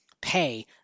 pay